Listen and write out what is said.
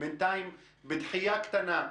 בינתיים אנחנו בדחיה קטנה.